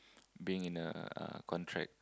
being in a uh contract